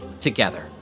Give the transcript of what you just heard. together